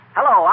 Hello